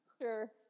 Sure